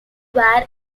were